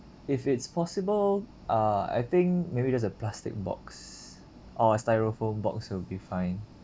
if it's possible uh I think maybe just a plastic box or a styrofoam box will be fine